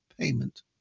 payment